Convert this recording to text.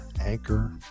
Anchor